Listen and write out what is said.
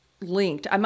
linked